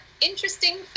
interesting